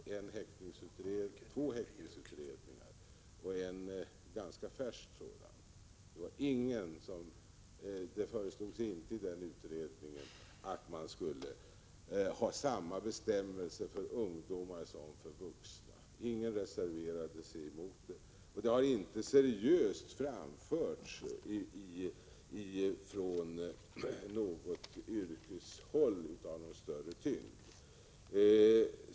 Det har gjorts två häktningsutredningar, och en är ganska färsk, men där föreslås inte att samma bestämmelser skall gälla för ungdomar som för vuxna. Ingen reserverade sig mot det förslaget. Det har inte heller framförts något seriöst förslag av större tyngd från yrkeshåll.